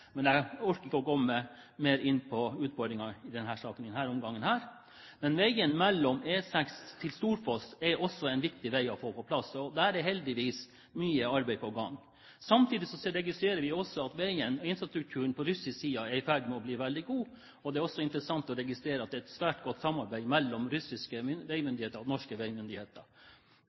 men jeg orker ikke komme mer inn på utfordringene i den saken i denne omgangen. Veien mellom E6 og Storfoss er også en viktig vei å få på plass, og der er det heldigvis mye arbeid på gang. Samtidig registrerer vi også at veien og infrastrukturen på russisk side er i ferd med å bli veldig god, og det er også interessant å registrere at det er et svært godt samarbeid mellom russiske veimyndigheter og norske veimyndigheter.